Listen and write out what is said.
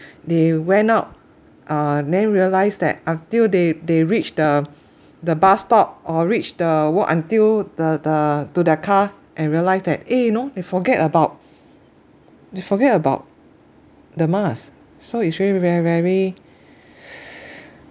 they went out uh didn't realise that until they they reached the the bus stop or reached the work until the the to their car and realised that eh you know they forget about they forget about the mask so it's very ver~ very